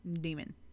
demon